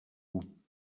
bout